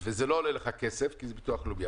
וזה לא עולה לך כסף כי זה ביטוח לאומי,